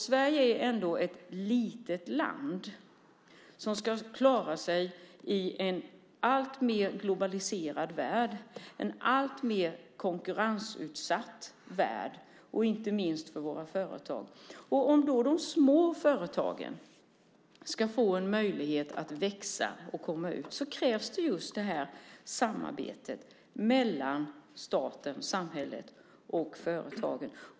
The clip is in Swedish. Sverige är ändå ett litet land som ska klara sig i en alltmer globaliserad värld, en alltmer konkurrensutsatt värld - inte minst för våra företag. Om de små företagen ska få en möjlighet att växa och komma ut krävs samarbete mellan staten, samhället och företagen.